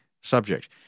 subject